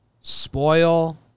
spoil